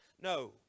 No